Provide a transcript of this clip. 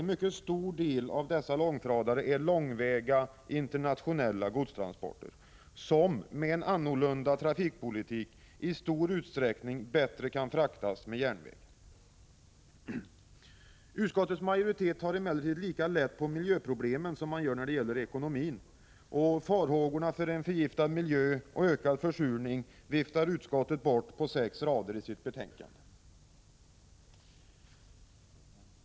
En mycket stor del av dessa långtradare utför långväga och internationella transporter, som med en annorlunda trafikpolitik i stor utsträckning bättre kan fraktas med järnväg. Utskottets majoritet tar emellertid lika lätt på miljöproblemen som på ekonomin. Farhågorna för en förgiftad miljö och ökad försurning viftar utskottet bort på sex rader i sitt betänkande.